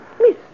Miss